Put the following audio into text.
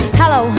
hello